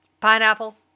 pineapple